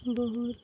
ବହୁୁତ